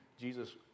Jesus